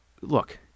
look